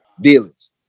dealers